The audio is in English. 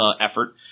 effort